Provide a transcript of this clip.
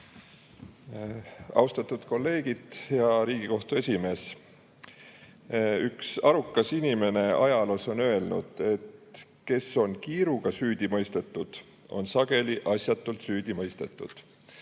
Austatud kolleegid! Hea Riigikohtu esimees! Üks arukas inimene ajaloos on öelnud, et kes on kiiruga süüdi mõistetud, on sageli asjatult süüdi mõistetud.